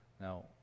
Now